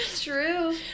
True